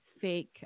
fake